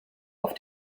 auf